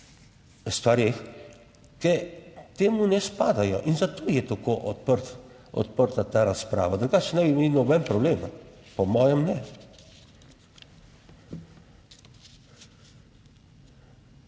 stvareh, ki temu ne spadajo in zato je tako odprt, odprta ta razprava. Drugače ne bi imel nobenega problema, po mojem ne.